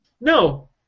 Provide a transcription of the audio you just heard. No